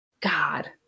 God